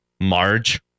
Marge